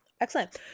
Excellent